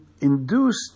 induced